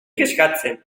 kezkatzen